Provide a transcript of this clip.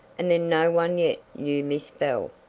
and then no one yet knew miss bell.